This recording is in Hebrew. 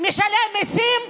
משלם מיסים,